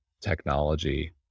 technology